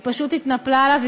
היא פשוט התנפלה עליו,